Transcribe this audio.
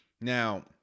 Now